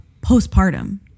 postpartum